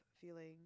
feeling